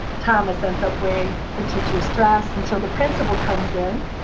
thomas ends up wearing the teachers's dress until the principal comes in.